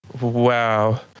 wow